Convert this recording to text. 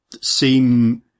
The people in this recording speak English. seem